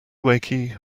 wakey